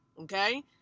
okay